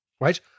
right